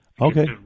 Okay